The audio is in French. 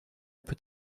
peut